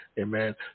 amen